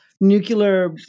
nuclear